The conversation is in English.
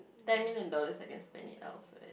ten million dollars I can spend it outside